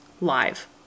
live